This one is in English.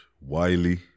Wiley